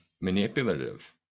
manipulative